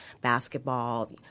basketball